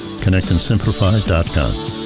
connectandsimplify.com